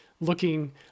looking